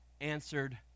answered